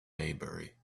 maybury